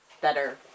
better